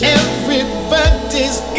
everybody's